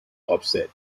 upset